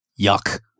yuck